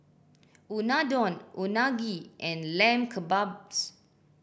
Unadon Unagi and Lamb Kebabs